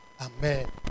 Amen